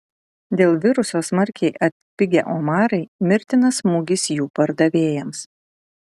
dėl viruso smarkiai atpigę omarai mirtinas smūgis jų pardavėjams